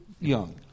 young